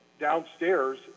downstairs